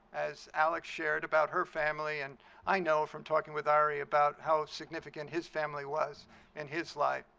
as alex shared about her family and i know from talking with ari about how significant his family was in his life.